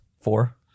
Four